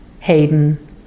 Hayden